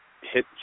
hit